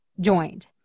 joined